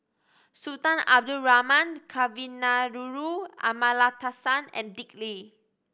Sultan Abdul Rahman Kavignareru Amallathasan and Dick Lee